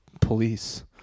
police